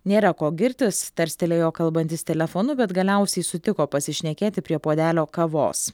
nėra ko girtis tarstelėjo kalbantis telefonu bet galiausiai sutiko pasišnekėti prie puodelio kavos